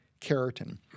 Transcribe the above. keratin